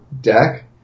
deck